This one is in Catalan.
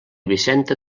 vicenta